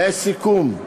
לסיכום,